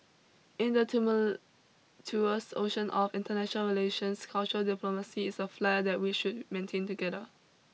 in the tumultuous ocean of international relations cultural diplomacy is a flare that we should maintain together